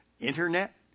Internet